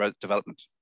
development